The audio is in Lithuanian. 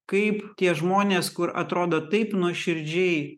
kaip tie žmonės kur atrodo taip nuoširdžiai